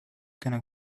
gonna